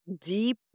deep